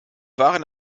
waren